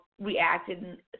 reacted